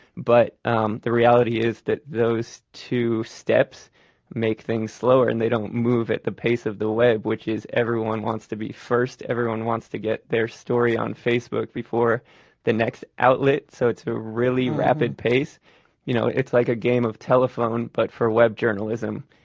but um the reality is that those two steps make things slower. and they don't move at the pace of the web, which is everyone wants to be first, everyone wants to get their story on facebook before the next outlet. so it's a really rapid pace you know it's like a game of telephone but for web journalism.